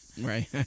Right